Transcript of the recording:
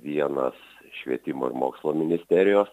vienas švietimo ir mokslo ministerijos